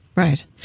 Right